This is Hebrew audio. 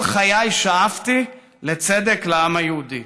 כל חיי שאפתי לצדק לעם היהודי.